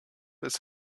ist